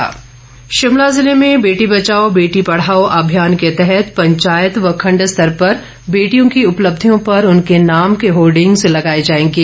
बेटी पढाओ बेटी बचाओ शिमला जिले में बेटी बचाओ बेटी पढ़ाओ अभियान के तहत पंचायत व खंड स्तर पर बेटियों की उपलब्धियों पर उनके नाम के होर्डिंग्स लगाए जाएंगे